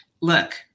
look